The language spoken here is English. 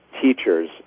teachers